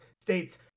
state's